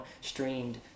streamed